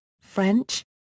French